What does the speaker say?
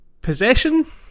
Possession